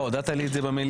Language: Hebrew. הודעת לי את זה במליאה,